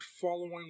following